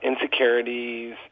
insecurities